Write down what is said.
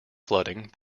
flooding